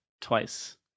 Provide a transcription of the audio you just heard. twice